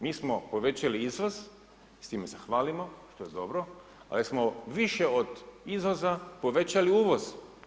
Mi smo povećali izvoz, s time se hvalimo, to je dobro ali smo više od izvoza povećali uvoz.